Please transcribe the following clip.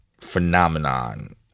phenomenon